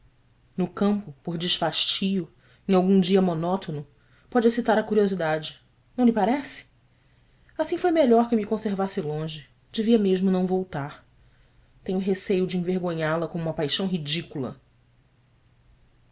no campo por desfastio em algum dia monótono pode excitar a curiosidade não lhe parece assim foi melhor que eu me conservasse longe devia mesmo não voltar tenho receio de envergonhá la com uma paixão ridícula